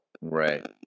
Right